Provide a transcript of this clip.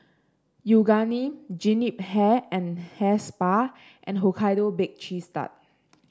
Yoogane Jean Yip Hair and Hair Spa and Hokkaido Baked Cheese Tart